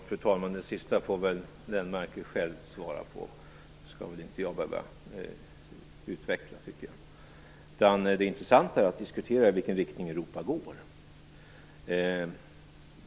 Fru talman! Den sista frågan får väl Göran Lennmarker själv svara på. Det tycker jag inte att jag skall behöva utveckla. Det intressanta är att diskutera i vilken riktning Europa går.